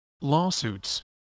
lawsuits